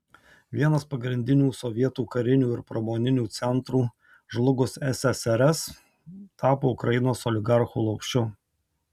vienas pagrindinių sovietų karinių ir pramoninių centrų žlugus ssrs tapo ukrainos oligarchų lopšiu